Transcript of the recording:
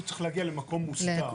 הוא צריך להגיע למקום מוסדר.